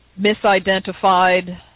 misidentified